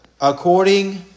according